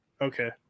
okay